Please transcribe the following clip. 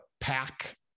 pack